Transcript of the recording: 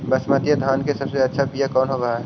बसमतिया धान के सबसे अच्छा बीया कौन हौब हैं?